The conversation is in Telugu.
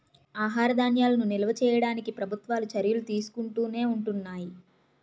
ఆహార ధాన్యాలను నిల్వ చేయడానికి ప్రభుత్వాలు చర్యలు తీసుకుంటునే ఉంటున్నాయి